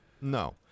No